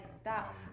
stop